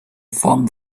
from